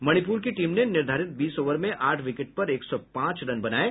मणिपुर की टीम ने निर्धारित बीस ओवर में आठ विकेट पर एक सौ पांच रन ही बनाये